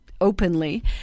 openly